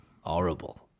horrible